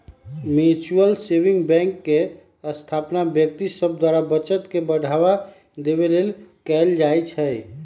mutual saving bank के स्थापना व्यक्ति सभ द्वारा बचत के बढ़ावा देबे लेल कयल जाइ छइ